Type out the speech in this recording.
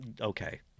okay